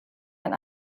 ein